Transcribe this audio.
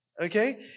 Okay